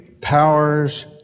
powers